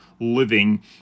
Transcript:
living